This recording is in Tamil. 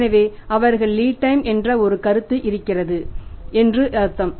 எனவே அவர்கள் லீட் டைம் என்ற ஒரு கருத்து இருக்கிறது என்று அர்த்தம்